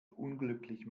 unglücklich